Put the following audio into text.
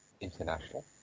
international